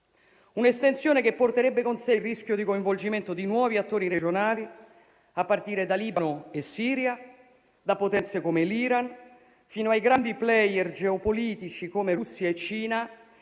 Un'estensione che porterebbe con sé il rischio di coinvolgimento di nuovi attori regionali a partire da Libano e Siria, da potenze come l'Iran fino ai grandi *player* geopolitici come Russia e Cina,